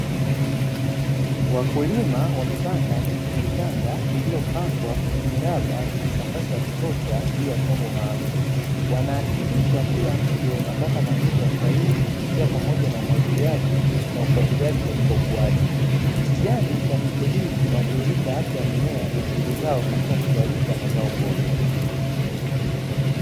Wakulima wamepanda miti michanga iliyopangwa kwenye miraba yenye nafasi ya kutosha juu ya chombo maalum, wanahakikisha kila mche unapata matunzo sahiki ikiwa pamoja na umwagiliaji na ufuatiliaji katika ukuaji, kijani cha miche hii kinadhihirisha afya ya mimea na juhudi zao katika kuzalisha mazao bora.